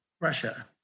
Russia